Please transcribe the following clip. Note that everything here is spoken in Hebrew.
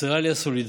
חסרה לי הסולידריות,